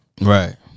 Right